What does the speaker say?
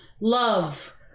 Love